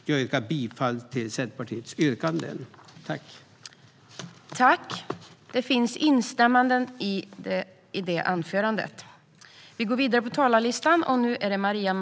Jag yrkar bifall till Centerpartiets reservationer 3 och 8.